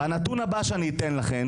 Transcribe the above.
והנתון הבא שאני אתן לכם,